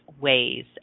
ways